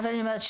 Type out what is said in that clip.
אבל אני אומרת,